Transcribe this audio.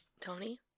Tony